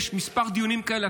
יש כמה דיונים כאלה,